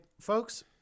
folks